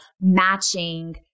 matching